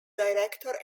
director